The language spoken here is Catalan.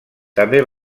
també